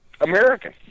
American